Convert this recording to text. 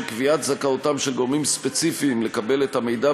קביעת זכאותם של גורמים ספציפיים לקבל את המידע,